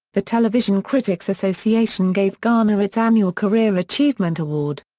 the television critics association gave garner its annual career achievement award.